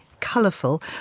colourful